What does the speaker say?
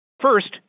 First